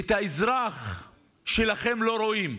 שאת האזרח שלכם לא רואים?